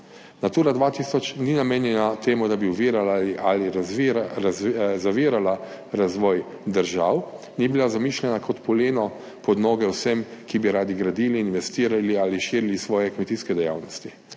Natura 2000 ni namenjena temu, da bi ovirala ali zavirala razvoj držav, ni bila zamišljena kot poleno pod noge vsem, ki bi radi gradili, investirali ali širili svoje kmetijske dejavnosti.